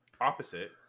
opposite